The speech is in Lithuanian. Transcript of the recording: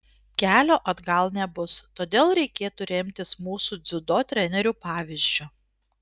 kelio atgal nebus todėl reikėtų remtis mūsų dziudo trenerių pavyzdžiu